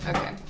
Okay